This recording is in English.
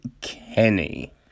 Kenny